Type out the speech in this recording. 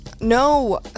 No